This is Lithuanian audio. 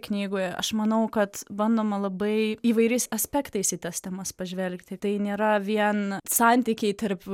knygoje aš manau kad bandoma labai įvairiais aspektais į tas temas pažvelgti tai nėra vien santykiai tarp